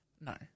No